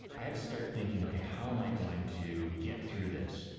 i had to start thinking, okay, how am i going to get through this?